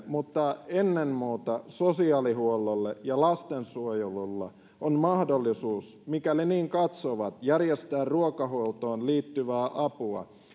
mutta ennen muuta sosiaalihuollolla ja lastensuojelulla on mahdollisuus mikäli niin katsovat järjestää ruokahuoltoon liittyvää apua